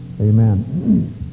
amen